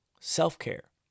self-care